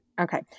Okay